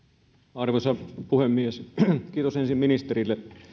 arvoisa puhemies kiitos ensin ministerille